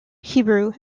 hebrew